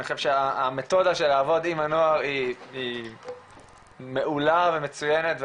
אני חושב שהמתודה של לעבוד עם הנוער היא מעולה ומצוינת,